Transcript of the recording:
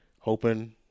hoping